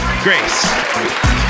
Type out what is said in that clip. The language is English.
Grace